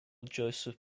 joseph